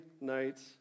nights